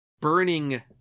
burning